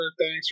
Thanks